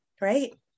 right